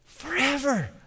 forever